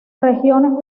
regiones